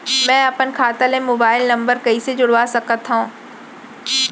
मैं अपन खाता ले मोबाइल नम्बर कइसे जोड़वा सकत हव?